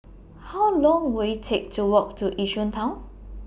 How Long Will IT Take to Walk to Yishun Town